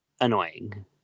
annoying